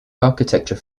architecture